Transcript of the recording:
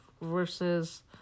versus